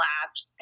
apps